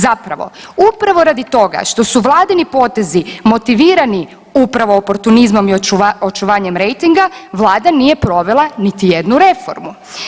Zapravo, upravo radi toga što su Vladini potezi motivirani upravo oportunizmom i očuvanjem rejtinga Vlada nije provela niti jednu reformu.